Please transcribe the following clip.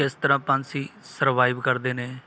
ਇਸ ਤਰ੍ਹਾਂ ਪੰਛੀ ਸਰਵਾਈਵ ਕਰਦੇ ਨੇ